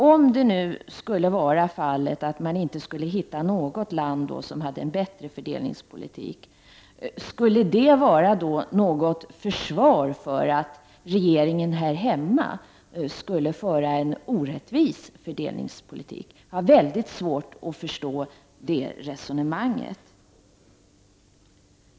Om man nu inte hittade något land med en bättre fördelningspolitik, skulle det då vara något slags försvar för att regeringen här hemma för en orättvis fördelningspolitik? Jag har väl digt svårt att förstå det resonemanget.